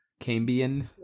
Cambian